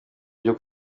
byo